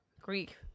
Greek